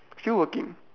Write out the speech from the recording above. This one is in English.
still working